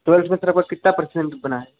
twelfth में तेरे पास कितना परसेंट बना है